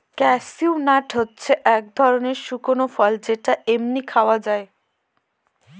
cashew nut হচ্ছে এক ধরনের শুকনো ফল যেটা এমনি খাওয়া যায়